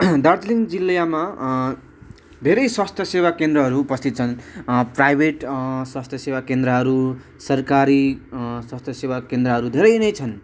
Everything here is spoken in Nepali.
दार्जिलिङ जिल्लामा धेरै स्वास्थ सेवा केन्द्रहरू उपस्थित छन् प्राइभेट स्वास्थ सेवा केन्द्रहरू सरकारी स्वास्थ सेवा केन्द्रहरू धेरै नै छन्